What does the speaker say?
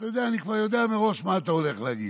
אתה יודע, אני כבר יודע מראש מה אתה הולך להגיד: